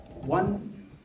One